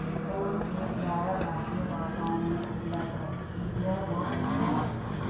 phone पे ग्यारह भारतीय भाषाओं में उपलब्ध है यह बहुत अच्छी बात है